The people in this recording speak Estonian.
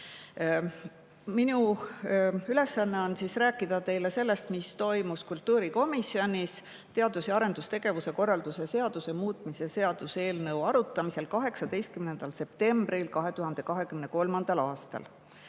Minu ülesanne on rääkida teile sellest, mis toimus kultuurikomisjonis teadus- ja arendustegevuse korralduse seaduse muutmise seaduse eelnõu arutamisel 18. septembril 2023. aastal.